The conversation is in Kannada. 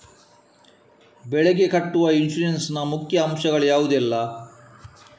ಬೆಳೆಗೆ ಕಟ್ಟುವ ಇನ್ಸೂರೆನ್ಸ್ ನ ಮುಖ್ಯ ಅಂಶ ಗಳು ಯಾವುದೆಲ್ಲ?